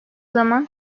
zaman